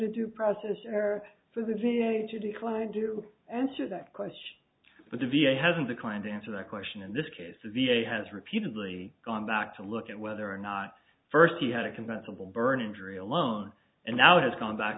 to due process or for the v a to decline do answer that question but the v a hasn't declined to answer that question in this case the v a has repeatedly gone back to look at whether or not first he had a combustible burn injury alone and now has gone back